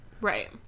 Right